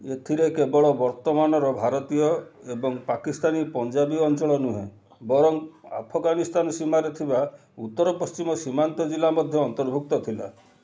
ଏଥିରେ କେବଳ ବର୍ତ୍ତମାନର ଭାରତୀୟ ଏବଂ ପାକିସ୍ତାନୀ ପଞ୍ଜାବୀ ଅଞ୍ଚଳ ନୁହେଁ ବରଂ ଆଫଗାନିସ୍ତାନ ସୀମାରେ ଥିବା ଉତ୍ତର ପଶ୍ଚିମ ସୀମାନ୍ତ ଜିଲ୍ଲା ମଧ୍ୟ ଅନ୍ତର୍ଭୁକ୍ତ ଥିଲା